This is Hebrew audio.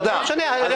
תודה.